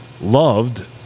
loved